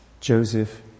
Joseph